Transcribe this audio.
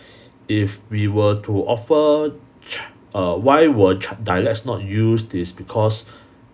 if we were to offer ch~ uh why were ch~ dialects not used is because